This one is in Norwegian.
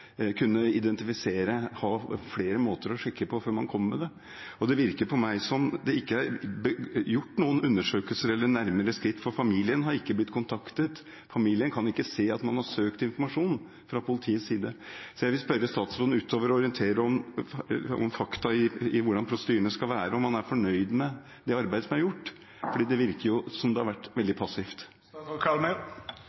kunne identifisere og ha flere måter å sjekke på før man kommer med det. Det virker på meg som om det ikke er gjort noen undersøkelser eller nærmere skritt, for familien er ikke blitt kontaktet. Familien kan ikke se at man har søkt informasjon fra politiets side. Så jeg vil spørre statsråden: Utover å orientere om fakta i hvordan prosedyrene skal være, er han fornøyd med det arbeidet som er gjort? For det virker som det har vært veldig